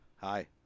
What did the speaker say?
Hi